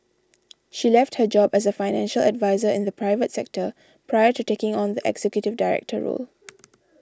she left her job as a financial adviser in the private sector prior to taking on the executive director role